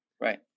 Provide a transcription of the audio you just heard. right